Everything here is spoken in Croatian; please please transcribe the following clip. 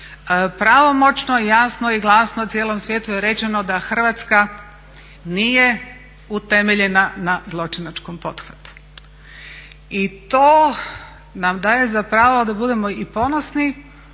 Pravomoćno jasno i glasno cijelom svijetu je rečeno da Hrvatska nije utemeljena na zločinačkom pothvatu. I to nam daje za pravo da budemo i ponosni